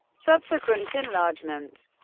subsequent enlargements,